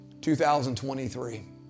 2023